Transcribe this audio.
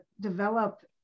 develop